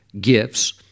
gifts